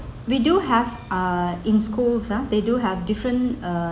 we do have uh in schools ah they do have different uh